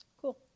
Cool